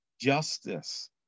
Justice